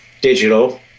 digital